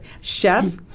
Chef